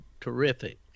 terrific